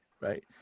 right